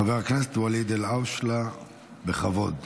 חבר הכנסת ואליד אלהואשלה, בכבוד.